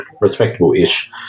respectable-ish